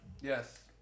Yes